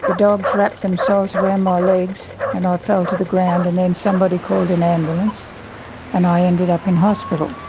dogs wrapped themselves around my legs and i fell to the ground and then somebody called an ambulance and i ended up in hospital.